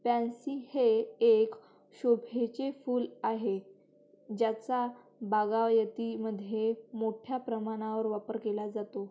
pansy हे एक शोभेचे फूल आहे ज्याचा बागायतीमध्ये मोठ्या प्रमाणावर वापर केला जातो